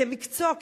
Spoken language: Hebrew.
כמקצוע,